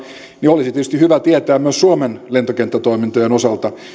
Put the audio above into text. niin olisi tietysti hyvä tietää se myös suomen lentokenttätoimintojen osalta